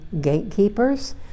gatekeepers